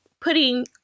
putting